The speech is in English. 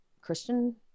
Christian